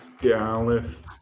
Dallas